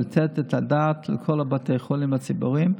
לתת את הדעת לכל בתי החולים הציבוריים.